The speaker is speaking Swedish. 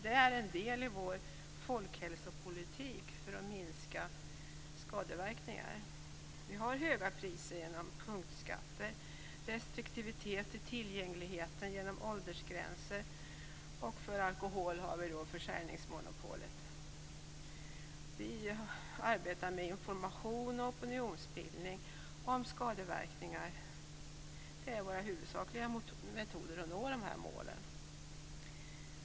Det är en del i vår folkhälsopolitik för att minska skadeverkningarna. Vi har höga priser genom punktskatter och restriktivitet i tillgängligheten genom åldersgränser. För alkohol har vi försäljningsmonopolet. Vi arbetar med information och opinionsbildning om skadeverkningarna. Det är våra huvudsakliga metoder för att nå de uppsatta målen.